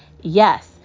yes